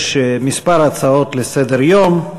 יש כמה הצעות לסדר-היום,